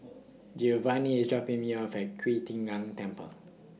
Giovanny IS dropping Me off At Qi Tian Gong Temple